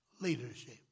leadership